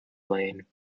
lane